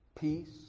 peace